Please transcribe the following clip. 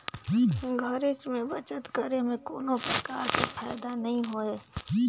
घरेच में बचत करे में कोनो परकार के फायदा नइ होय